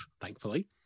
thankfully